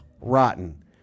rotten